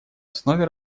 основе